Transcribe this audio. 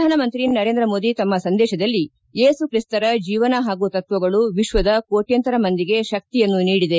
ಪ್ರಧಾನ ಮಂತ್ರಿ ನರೇಂದ್ರ ಮೋದಿ ತಮ್ಮ ಸಂದೇಶದಲ್ಲಿ ಏಸುಕ್ರಿಸ್ತರ ಜೀವನ ಹಾಗೂ ತತ್ವಗಳು ವಿಶ್ವದ ಕೋಟ್ಯಂತರ ಮಂದಿಗೆ ಶಕ್ತಿಯನ್ನು ನೀಡಿದೆ